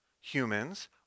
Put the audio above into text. Humans